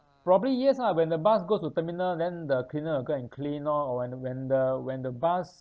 probably yes ah when the bus goes to terminal then the cleaner will go and clean orh or when the when the when the bus